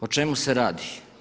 O čemu se radi?